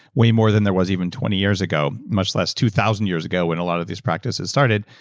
way more than there was even twenty years ago much less two thousand years ago when a lot of these practices started,